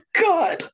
God